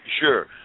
Sure